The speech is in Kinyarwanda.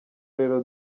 rero